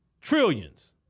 Trillions